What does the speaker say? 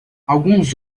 alguns